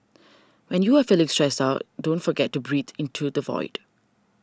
when you are feeling stressed out don't forget to breathe into the void